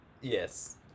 Yes